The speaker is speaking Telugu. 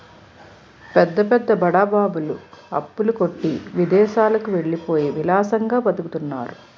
పెద్ద పెద్ద బడా బాబులు అప్పుల కొట్టి విదేశాలకు వెళ్ళిపోయి విలాసంగా బతుకుతున్నారు